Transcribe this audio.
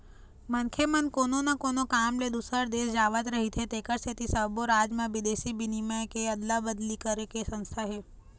मनखे मन कोनो न कोनो काम ले दूसर देश जावत रहिथे तेखर सेती सब्बो राज म बिदेशी बिनिमय के अदला अदली करे के संस्था हे